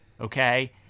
Okay